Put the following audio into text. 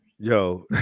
Yo